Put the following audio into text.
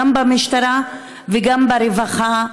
גם במשטרה וגם ברווחה,